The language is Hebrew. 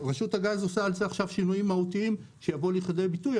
רשות הגז עושה על זה עכשיו שינויים מהותיים שיבואו לכדי ביטוי,